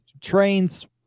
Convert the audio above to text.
trains